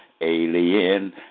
alien